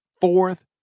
fourth